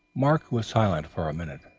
mark was silent for a minute.